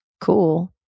cool